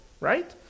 right